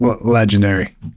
Legendary